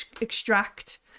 extract